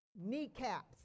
kneecaps